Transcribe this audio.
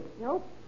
Nope